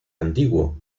antiguo